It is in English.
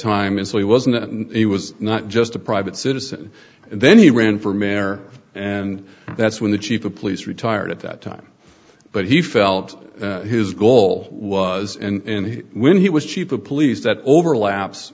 time and so he wasn't and he was not just a private citizen and then he ran for mayor and that's when the chief of police retired at that time but he felt his goal was and when he was chief of police that overlaps